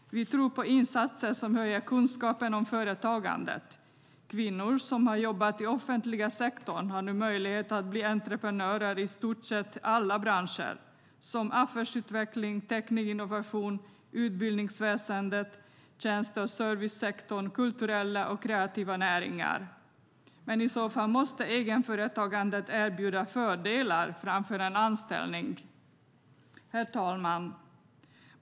Vi tror på insatser som höjer kunskapen om företagandet. Kvinnor som har jobbat i den offentliga sektorn har nu möjlighet att bli entreprenörer i stort sett i alla branscher - affärsutveckling, teknikinnovation, utbildningsväsendet, tjänste och servicesektorn, kulturella och kreativa näringar. Men i så fall måste egenföretagandet erbjuda fördelar jämfört med en anställning. Herr talman!